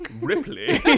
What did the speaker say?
ripley